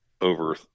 over –